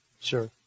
sure